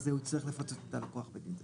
הוא צריך לפצות את הלקוח בגין זה.